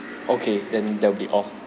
okay then that'll will be all